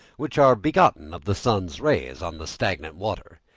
which are begotten of the sun's rays on the stagnant water.